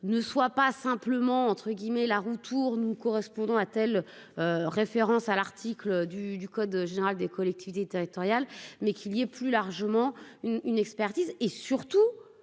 ne soit pas simplement entre guillemets, la roue tourne ou correspondant à telle référence à l'article du du code général des collectivités territoriales mais qu'il y ait plus largement. Une une expertise et surtout